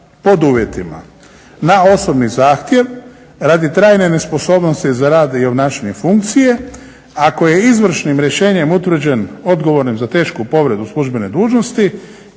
na osobni zahtjev, radi trajne nesposobnosti za rad i obnašanje funkcije, ako je izvršnim rješenjem utvrđen odgovornim za tešku povredu službene dužnosti